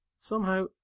Somehow